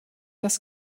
das